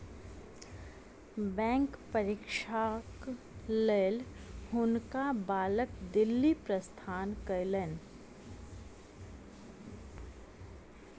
bank परीक्षाक लेल हुनका बालक दिल्ली प्रस्थान कयलैन